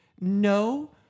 no